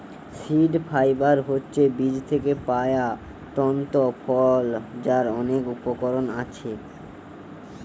seed fibre হচ্ছে বীজ থিকে পায়া তন্তু ফল যার অনেক উপকরণ আছে